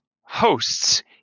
hosts